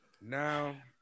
Now